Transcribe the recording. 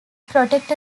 protect